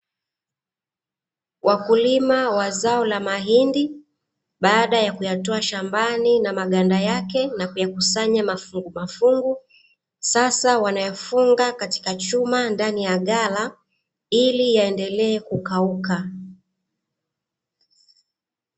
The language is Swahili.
Wakulima wa zao la mahindi baada ya kuyatoa shambani na maganda yake na kuyakusanya mafungu mafungu, sasa na kuyafunga katika chuma ndani ya ghala ili yaendelee kukauka.